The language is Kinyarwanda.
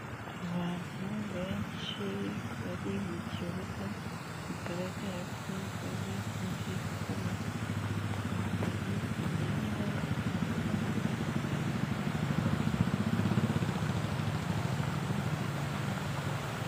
Abantu benshi bari mu kibuga, bigaragara ko bari muri siporo, bambaye imyenda yabugenewe ya siporo, ni abagabo ndetse n'abagore.